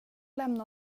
lämna